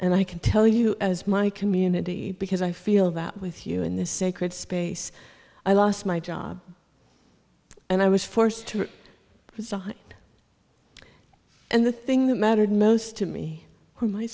and i can tell you as my community because i feel that with you in this sacred space i lost my job and i was forced to resign and the thing that mattered most to me or my